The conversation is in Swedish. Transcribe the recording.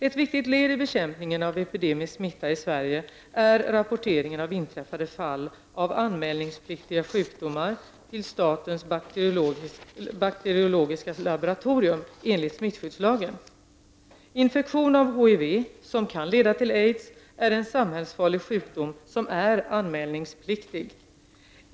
Ett viktigt led i bekämpningen av epidemisk smitta i Sverige är rapporteringen av inträffade fall av anmälningspliktiga sjukdomar till statens bakteriologiska laboratorium enligt smittskyddslagen. Infektion av HIV -- som kan leda till aids -- är en samhällsfarlig sjukdom som är anmälningspliktig.